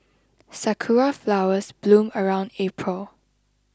sakura flowers bloom around April